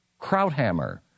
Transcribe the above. Krauthammer